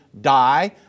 die